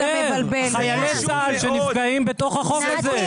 חיילי צה"ל שנמצאים בתוך החוק הזה.